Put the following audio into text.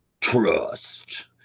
trust